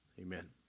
amen